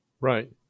Right